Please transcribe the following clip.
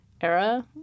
era